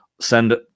send